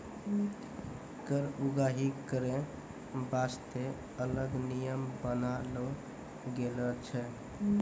कर उगाही करै बासतें अलग नियम बनालो गेलौ छै